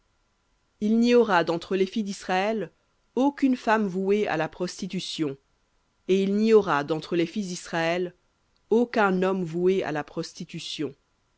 il n'y aura d'entre les filles d'israël aucune femme vouée à la prostitution et il n'y aura d'entre les fils d'israël aucun homme voué à la prostitution